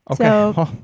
Okay